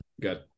good